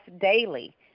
daily